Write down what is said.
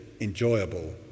enjoyable